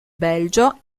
belgio